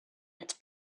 its